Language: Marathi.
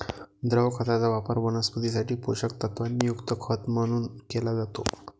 द्रव खताचा वापर वनस्पतीं साठी पोषक तत्वांनी युक्त खत म्हणून केला जातो